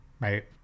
Right